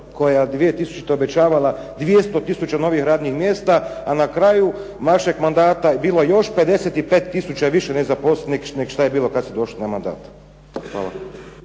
koja je 2000. obećavala 200 tisuća novih radnih mjesta, a na kraju vašeg mandata je bilo još 55 tisuća više nezaposlenih nego što je bilo kada ste došli na mandat.